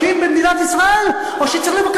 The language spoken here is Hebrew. חבר הכנסת טיבי, תודה רבה, הבנו את המסר.